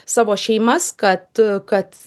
savo šeimas kad kad